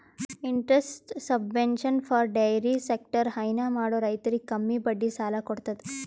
interest subvention for dairy sector ಹೈನಾ ಮಾಡೋ ರೈತರಿಗ್ ಕಮ್ಮಿ ಬಡ್ಡಿ ಸಾಲಾ ಕೊಡತದ್